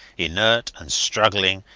inert and struggling,